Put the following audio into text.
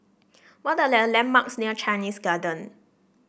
what are the landmarks near Chinese Garden